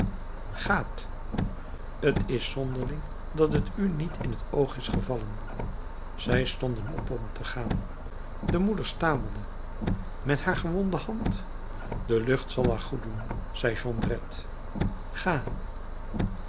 gaat t is zonderling dat t u niet in t oog is gevallen zij stonden op om te gaan de moeder stamelde met haar gewonde hand de lucht zal haar goed doen zei jondrette gaat